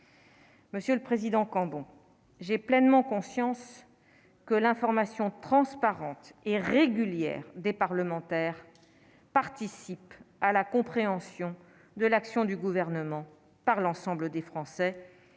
Monsieur le président, quand bon j'ai pleinement conscience que l'information transparente et régulière des parlementaires participent à la compréhension de l'action du gouvernement par l'ensemble des Français